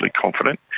confident